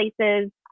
places